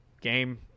Game